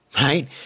right